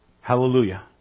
Hallelujah